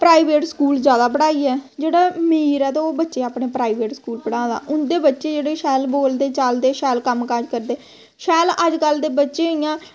private school जैदा पढ़ाई ऐ जेह्ड़ा मीर ऐ ते ओह् अपने बच्चे प्राइवेट स्कूल पढ़ा दा उं'दे बच्चे जेह्ड़े शैल बोलदे चालदे शैल कम्म काज करदे शैल अजकल्ल दे बच्चे इ'यां